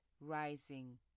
rising